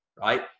Right